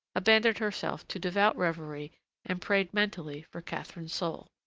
abandoned herself to devout reverie and prayed mentally for catherine's soul.